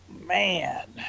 man